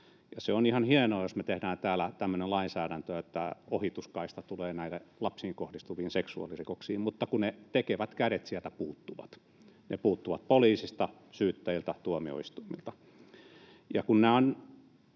se on ihan hienoa, jos me tehdään täällä tämmöinen lainsäädäntö, että ohituskaista tulee näille lapsiin kohdistuville seksuaalirikoksille, mutta kun ne tekevät kädet sieltä puuttuvat. Ne puuttuvat poliisista, syyttäjiltä ja tuomioistuimilta.